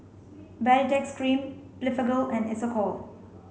Baritex Cream Blephagel and Isocal